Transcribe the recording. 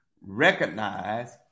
recognize